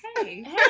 Hey